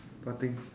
what thing